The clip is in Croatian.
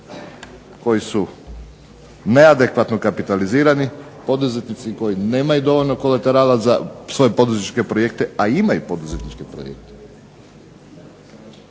koji su neadekvatno kapitalizirani, poduzetnici koji nemaju dovoljno kolaterala za svoje poduzetničke projekte, a imaju poduzetničke projekte.